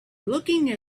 looking